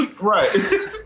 right